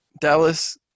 Dallas